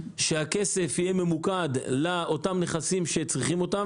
שהכסף יהיה ממוקד לאותם נכסים שצריכים אותם,